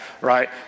right